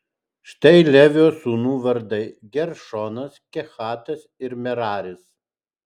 štai levio sūnų vardai geršonas kehatas ir meraris